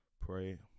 Pray